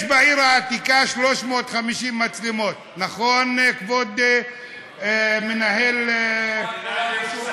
יש בעיר העתיקה 350 מצלמות, נכון, כבוד מנהל, כן.